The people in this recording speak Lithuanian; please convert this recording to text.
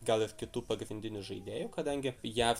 gal ir kitų pagrindinių žaidėjų kadangi jav